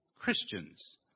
Christians